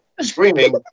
screaming